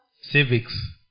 Civics